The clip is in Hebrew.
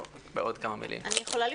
לפני שיריב ואיתן הולכים,